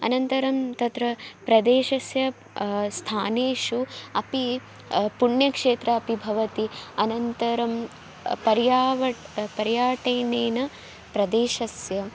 अनन्तरं तत्र प्रदेशस्य स्थानेषु अपि पुण्यक्षेत्रम् अपि भवति अनन्तरं पर्यटनं पर्यटनेन प्रदेशस्य